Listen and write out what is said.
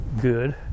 good